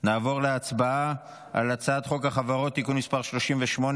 נעבור להצבעה על הצעת חוק החברות (תיקון מס' 38),